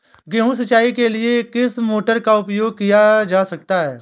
गेहूँ सिंचाई के लिए किस मोटर का उपयोग किया जा सकता है?